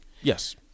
Yes